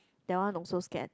that one also scared